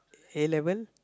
A-level